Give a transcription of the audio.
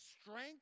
strength